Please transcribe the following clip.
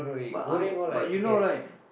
but I'm but you know right